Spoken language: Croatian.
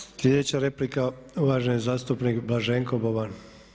Sljedeća replika, uvaženi zastupnik Blaženko Boban.